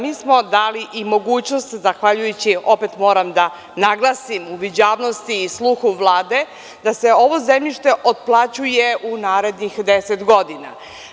Mi smo dali i mogućnost zahvaljujući, opet moram da naglasim uviđavnosti i sluhu Vlade, da se ovo zemljište otplaćuje u narednih 10 godina.